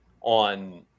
on